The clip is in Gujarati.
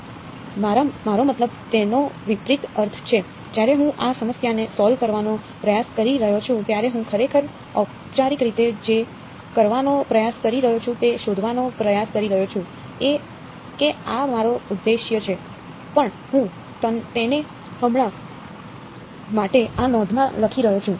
હા મારો મતલબ તેનો વિપરીત અર્થ છે જ્યારે હું આ સમસ્યાને સોલ્વ કરવાનો પ્રયાસ કરી રહ્યો છું ત્યારે હું ખરેખર ઔપચારિક રીતે જે કરવાનો પ્રયાસ કરી રહ્યો છું તે શોધવાનો પ્રયાસ કરી રહ્યો છું કે આ મારો ઉદ્દેશ્ય છે પણ હું તેને હમણાં માટે આ નોંધમાં લખી રહ્યો છું